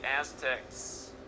Aztecs